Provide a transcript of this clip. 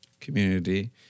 community